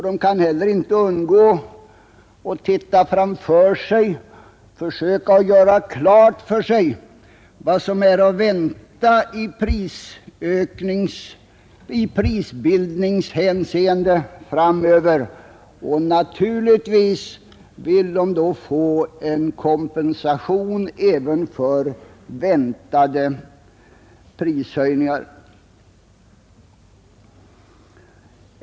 De kan heller inte undgå att titta framför sig för att göra klart för sig vad som är att vänta i prisbildningshänseende framöver. Givetvis vill de då få en kompensation även för väntade prishöjningar.